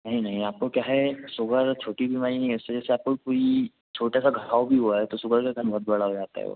नहीं नहीं आपको क्या है शुगर छोटी बीमारी नहीं है उससे जैसे आपको कोई छोटा सा घाव भी हुआ है तो सुगर के कारण बहुत बड़ा हो जाता है वो